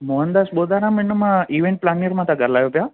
मोहन दास बोदाना हिन मां ईवेंट प्लानर मां तां ॻाल्हायो पिया